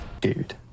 dude